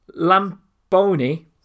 Lamboni